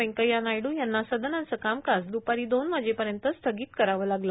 वेंकय्या नायडू यांना सदनाचं कामकाज दुपारी दोन वाजेपर्यंत स्थगित करावं लागलं